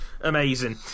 Amazing